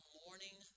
morning